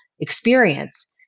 experience